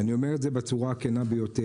ואני אומר את זה בצורה הכנה ביותר,